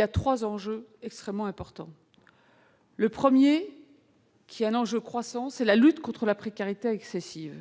à trois enjeux extrêmement importants. Le premier enjeu, qui est croissant, c'est la lutte contre la précarité excessive.